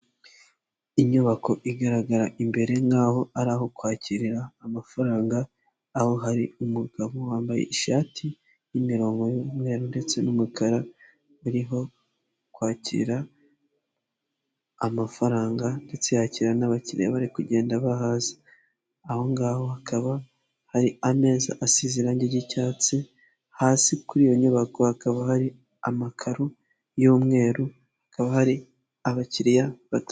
Inyubako igaragara imbere nk'aho ari aho kwakirira amafaranga, aho hari umugabo wambaye ishati y'imirongo y'umweru ndetse n'umukara, biriho kwakira amafaranga ndetse yakira n'abakiliya bari kugenda bahaza, aho ngaho hakaba hari ameza asize irangi ry'icyatsi, hasi kuri iyo nyubako hakaba hari amakaro y'umweru, hakaba hari abakiliya batatu.